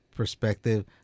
perspective